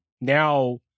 now